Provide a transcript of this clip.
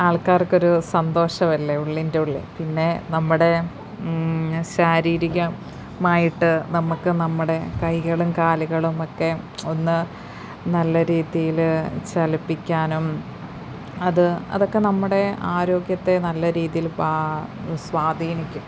ആൾക്കാർക്കൊരു സന്തോഷവല്ലേ ഉള്ളിൻ്റെ ഉള്ളിൽ പിന്നെ നമ്മുടെ ശാരീരികമായിട്ട് നമുക്ക് നമ്മുടെ കൈകളും കാലുകളും ഒക്കെ ഒന്ന് നല്ല രീതിയില് ചലിപ്പിക്കാനും അത് അതൊക്കെ നമ്മുടെ ആരോഗ്യത്തെ നല്ലരീതിയില് പാ സ്വാധീനിക്കും